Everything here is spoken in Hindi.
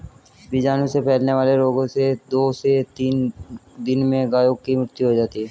बीजाणु से फैलने वाले रोगों से दो से तीन दिन में गायों की मृत्यु हो जाती है